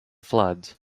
floods